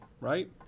right